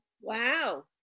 Wow